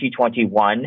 2021